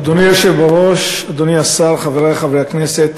אדוני היושב-ראש, אדוני השר, חברי חברי הכנסת,